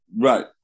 Right